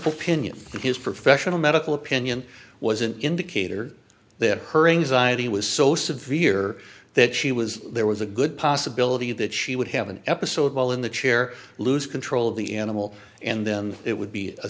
opinion his professional medical opinion was an indicator that her anxiety was so severe that she was there was a good possibility that she would have an episode while in the chair lose control of the animal and then it would be a